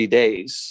days